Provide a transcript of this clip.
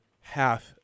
half